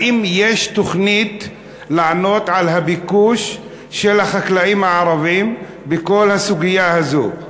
האם יש תוכנית לענות על הביקוש של החקלאים הערבים בכל הסוגיה הזאת?